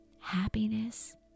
Happiness